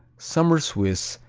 summer swiss,